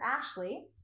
Ashley